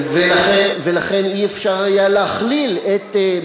ולכן לא היה אפשר להכליל את,